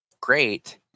great